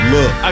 Look